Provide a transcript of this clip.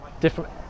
different